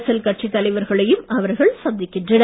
அரசியல் கட்சி தலைவர்களையும் அவர்கள் சந்திக்கின்றனர்